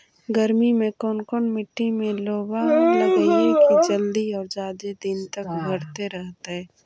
गर्मी में कोन मट्टी में लोबा लगियै कि जल्दी और जादे दिन तक भरतै रहतै?